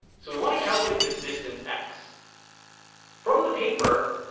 so we want to calculate this distance x from the paper,